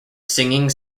singing